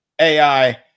AI